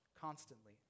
constantly